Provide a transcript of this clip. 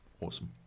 awesome